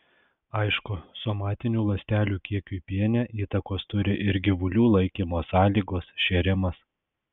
aišku somatinių ląstelių kiekiui piene įtakos turi ir gyvulių laikymo sąlygos šėrimas